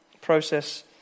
Process